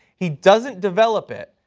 he doesn't develop it.